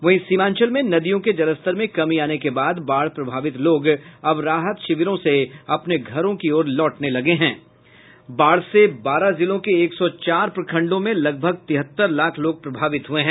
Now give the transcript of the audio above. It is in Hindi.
वहीं सीमांचल में नदियों के जलस्तर में कमी आने के बाद बाढ़ प्रभावित लोग अब राहत शिविरों से अपने घरों की ओर लौटने लगे हैं बाढ़ से बारह जिलों के एक सौ चार प्रखंडों में लगभग तिहत्तर लाख लोग प्रभावित हुए हैं